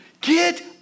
Get